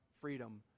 freedom